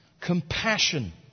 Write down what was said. Compassion